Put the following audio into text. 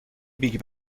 بیگ